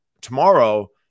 tomorrow